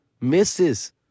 misses